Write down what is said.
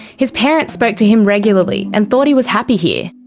his parents spoke to him regularly, and thought he was happy here.